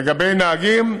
לגבי נהגים,